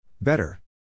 Better